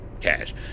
cash